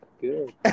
Good